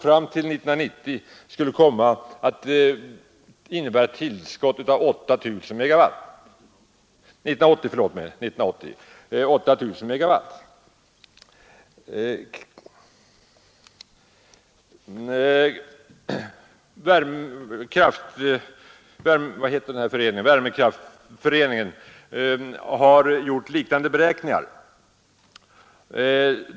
Enligt industriministern skulle kärnkraften fram till 1980 komma att innebära ett tillskott av 8 000 megawatt. Svenska värmeverksföreningen har gjort liknande beräkningar.